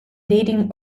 dating